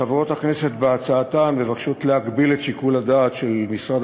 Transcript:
חברות הכנסת בהצעתן מבקשות להגביל את שיקול הדעת של משרד